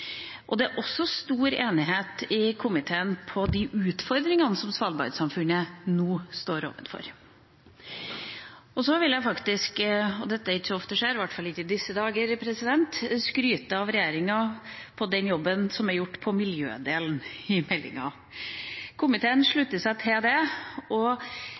Det er også stor enighet i komiteen om de utfordringene som Svalbard-samfunnet nå står overfor. Og så vil jeg faktisk – og det er ikke ofte skjer, i hvert fall ikke i disse dager – skryte av regjeringa for den jobben som er gjort på miljødelen i meldinga. Komiteen slutter seg til det. Det er en ganske god balansegang mellom en bedre og